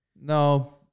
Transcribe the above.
no